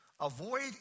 Avoid